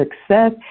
success